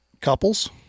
couples